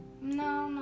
No